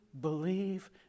believe